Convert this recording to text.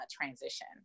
transition